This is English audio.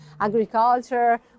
agriculture